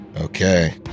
Okay